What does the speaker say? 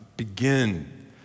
Begin